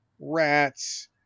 rats